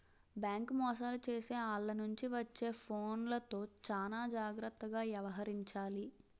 bank మోసాలు చేసే ఆల్ల నుంచి వచ్చే ఫోన్లతో చానా జాగర్తగా యవహరించాలి